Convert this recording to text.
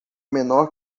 menor